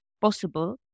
possible